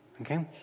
Okay